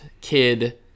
kid